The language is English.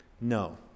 No